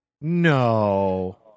No